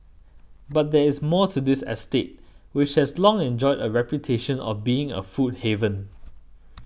but there is more to this estate which has long enjoyed a reputation of being a food haven